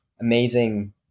amazing